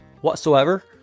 whatsoever